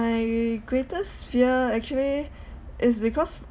my greatest fear actually is because